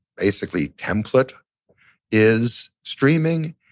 basically template is streaming